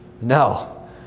No